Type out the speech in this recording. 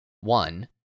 One